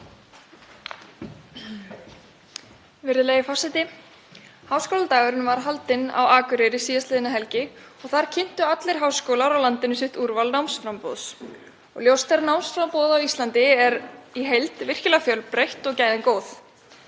Háskóladagurinn var haldinn á Akureyri um síðastliðna helgi og kynntu þar allir háskólar á landinu sitt úrval námsframboðs. Ljóst er að námsframboð á Íslandi er í heild virkilega fjölbreytt og gæðin